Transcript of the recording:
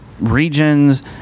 regions